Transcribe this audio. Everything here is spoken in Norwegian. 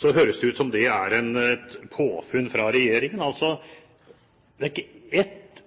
så høres det ut som om det var et påfunn fra regjeringen. Men det var ikke ett